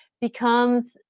becomes